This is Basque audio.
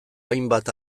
hainbat